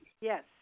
Yes